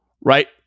right